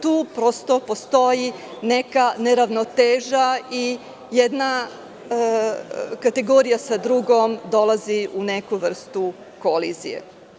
Tu prosto postoji neka neravnoteža i jedna kategorija sa drugom dolazi u neku vrstu kolizije.